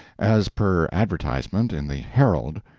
as per advertisement in the herald.